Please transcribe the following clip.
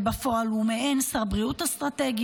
ובפועל הוא מעין שר בריאות אסטרטגי,